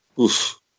Oof